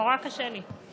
נורא קשה לי.